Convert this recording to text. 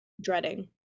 dreading